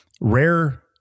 rare